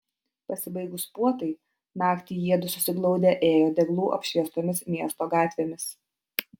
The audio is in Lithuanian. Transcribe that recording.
pasibaigus puotai naktį jiedu susiglaudę ėjo deglų apšviestomis miesto gatvėmis